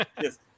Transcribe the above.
Yes